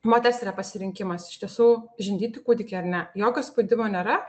moters yra pasirinkimas iš tiesų žindyti kūdikį ar ne jokio spaudimo nėra